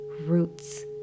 roots